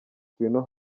ngwino